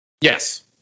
Yes